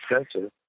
expensive